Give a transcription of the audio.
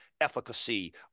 efficacy